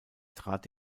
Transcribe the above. trat